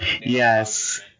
Yes